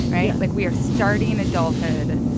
right? yeah like, we are starting adulthood.